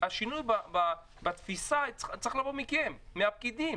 לכן השינוי בתפיסה צריך לבוא מכם, מהפקידים.